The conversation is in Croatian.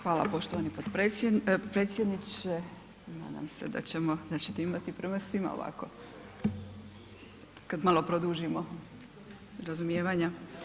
Hvala poštovani predsjedniče, nadam se da ćete imati prema svima ovako, kad malo produžimo, razumijevanja.